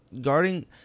guarding